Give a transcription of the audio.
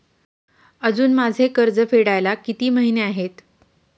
अजुन माझे कर्ज फेडायला किती महिने आहेत?